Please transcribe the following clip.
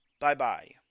Bye-bye